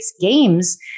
games